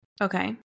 Okay